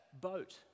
boat